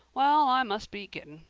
wall, i must be gitting.